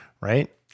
right